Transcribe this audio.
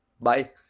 Bye